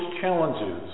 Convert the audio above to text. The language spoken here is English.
challenges